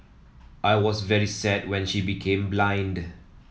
I was very sad when she became blind